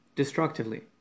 destructively